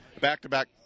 Back-to-back